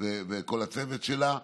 וכל הצוות שלה,